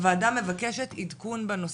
הוועדה מבקשת עדכון בנושא,